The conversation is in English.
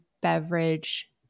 beverage